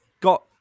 got